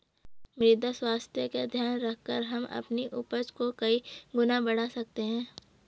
मृदा स्वास्थ्य का ध्यान रखकर हम अपनी उपज को कई गुना बढ़ा सकते हैं